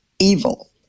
evil